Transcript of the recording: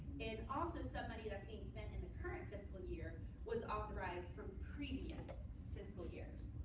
and also, some money that's being spent in the current fiscal year was authorized from previous fiscal years.